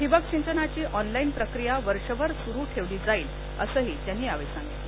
ठिबक सिंचनाची ऑनलाईन प्रक्रिया वर्षभर सुरू ठेवली जाईल असंही त्यांनी यावेळी सांगितलं